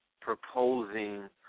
proposing